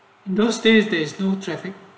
those days there's no traffic